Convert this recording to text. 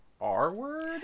r-word